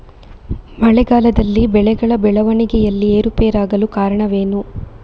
ಮಳೆಗಾಲದಲ್ಲಿ ಬೆಳೆಗಳ ಬೆಳವಣಿಗೆಯಲ್ಲಿ ಏರುಪೇರಾಗಲು ಕಾರಣವೇನು?